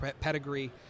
pedigree